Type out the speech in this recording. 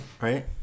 Right